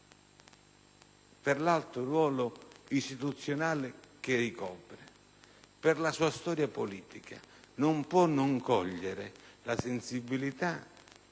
Per l'alto ruolo istituzionale che ricopre, per la sua storia politica, egli non può non cogliere la sensibilità